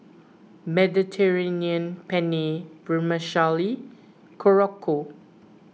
Mediterranean Penne Vermicelli Korokke